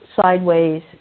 sideways